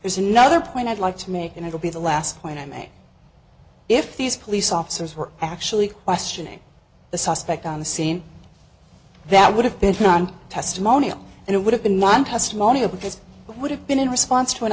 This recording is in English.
there's another point i'd like to make and it will be the last point i made if these police officers were actually questioning the suspect on the scene that would have been one testimonial and it would have been one testimonial because it would have been in response to an